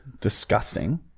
disgusting